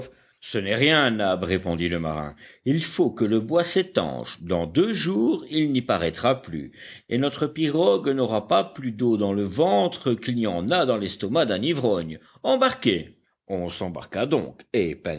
ce n'est rien nab répondit le marin il faut que le bois s'étanche dans deux jours il n'y paraîtra plus et notre pirogue n'aura pas plus d'eau dans le ventre qu'il n'y en a dans l'estomac d'un ivrogne embarquez on s'embarqua donc